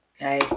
okay